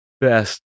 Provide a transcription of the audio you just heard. best